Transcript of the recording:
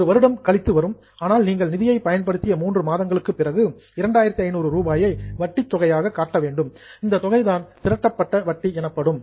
ஒரு வருடம் கழித்து வரும் ஆனால் நீங்கள் நிதியை பயன்படுத்திய மூன்று மாதங்களுக்குப் பிறகு 2500 ரூபாயை வட்டி தொகையாக காட்ட வேண்டும் இந்தத் தொகைதான் திரட்டப்பட்ட வட்டி எனப்படும்